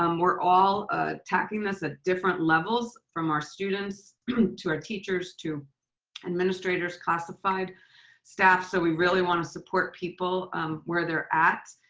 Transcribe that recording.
um we're all attacking this at different levels from our students to our teachers, to administrators, classified staff. so we really wanna support people where they're at.